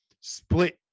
split